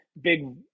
big